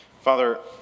Father